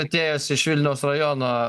atėjęs iš vilniaus rajono